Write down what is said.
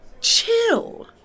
chill